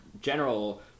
general